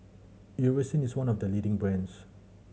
Eucerin is one of the leading brands